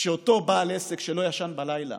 כשאותו בעל עסק שלא ישן בלילה